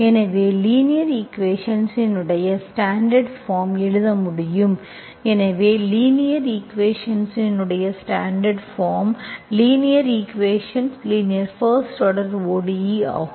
எனவே linear equations இன் standard form எழுத முடியும் எனவே லீனிய ஈக்குவேஷன்ஸ் இன் ஸ்டாண்டர்ட் பார்ம் எனவே linear equations linear first order ODE ஆகும்